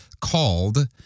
called